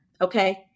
okay